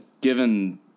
given